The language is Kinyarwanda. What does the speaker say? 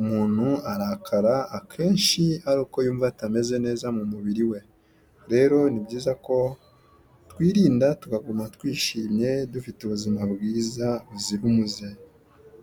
umuntu arakara akenshi ari uko yumva atameze neza mu mubiri we. Rero ni byiza ko twirinda, tukaguma twishimye, dufite ubuzima bwiza buzira umuze.